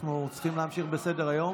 אנחנו צריכים להמשיך בסדר-היום.